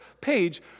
page